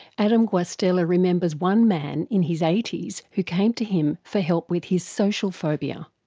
adam guastella remembers one man in his eighties who came to him for help with his social phobia.